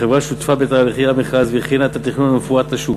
החברה שותפה בתהליכי המכרז והכינה את התכנון המפורט לשוק.